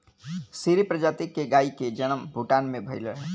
सीरी प्रजाति के गाई के जनम भूटान में भइल रहे